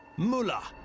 moolah,